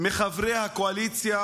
מחברי הקואליציה,